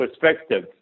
perspective